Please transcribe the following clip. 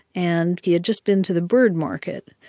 and he had just been to the bird market.